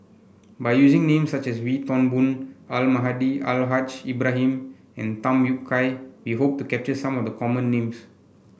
by using names such as Wee Toon Boon Almahdi Al Haj Ibrahim and Tham Yui Kai we hope to capture some of the common names